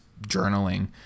journaling